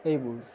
এইবোৰ